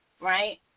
right